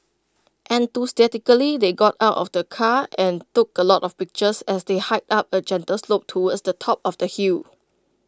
enthusiastically they got out of the car and took A lot of pictures as they hiked up A gentle slope towards the top of the hill